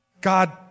God